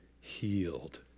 healed